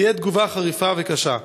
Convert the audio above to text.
תהיה תגובה חריפה וקשה.